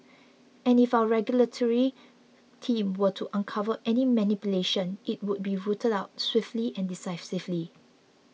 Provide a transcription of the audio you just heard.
and if our regulatory team were to uncover any manipulation it would be rooted out swiftly and decisively